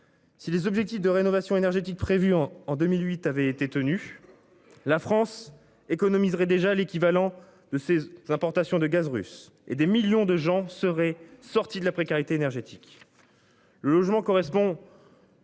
Si les objectifs de rénovation énergétique prévu en en 2008 avait été tenu. La France économiserait déjà l'équivalent de ses importations de gaz russe et des millions de gens seraient sortie de la précarité énergétique. Logement correspond.